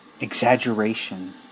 exaggeration